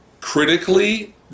critically